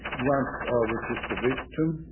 once ah i was just the victim.